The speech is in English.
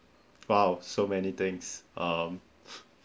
!wow! so many things um